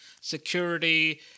security